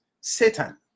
satan